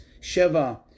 Sheva